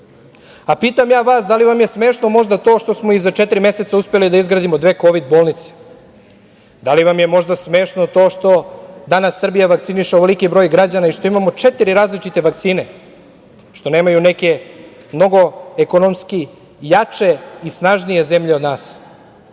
ja vas, da li vam je smešno možda to što smo i za četiri meseca uspeli da izgradimo dve kovid bolnice? Da li vam je možda smešno to što danas Srbija vakciniše ovoliki broj građana i što imamo četiri različite vakcine, što nemaju neke mnogo ekonomski jače i snažnije zemlje od nas?